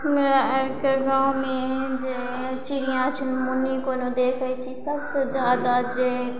हमरा आरके गाँवमे जे चिड़िया चुनमुनी कोनो देखय छी सभसँ जादा जे